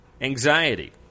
Anxiety